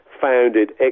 founded